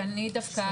כי אני דווקא,